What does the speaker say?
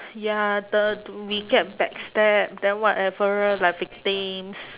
ya the we get back stab then whatever like victims